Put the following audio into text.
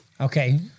Okay